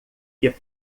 que